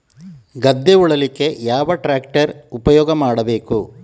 ಗದ್ದೆ ಉಳಲಿಕ್ಕೆ ಯಾವ ಟ್ರ್ಯಾಕ್ಟರ್ ಉಪಯೋಗ ಮಾಡಬೇಕು?